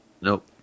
Nope